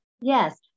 Yes